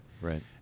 Right